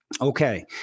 Okay